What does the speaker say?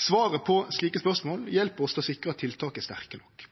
Svaret på slike spørsmål hjelper oss til å sikre at tiltaka er sterke nok.